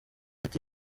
ati